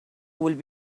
will